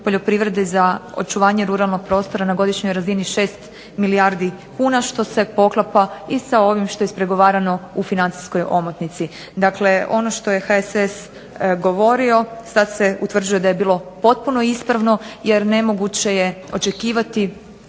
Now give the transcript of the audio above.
poljoprivrede za očuvanje ruralnog prostora na godišnjoj razini 6 milijardi kuna što se poklapa i sa ovim što je ispregovarano u financijskoj omotnici. Dakle, ono što je HSS govorio sad se utvrđuje da je bilo potpuno ispravno. Jer nemoguće je očekivati